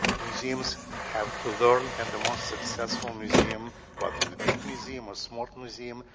museums have to learn, and the most successful museum, whether the big museum or small museum,